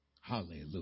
hallelujah